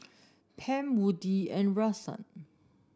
Pam Woodie and Rahsaan